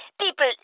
people